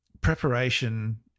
preparation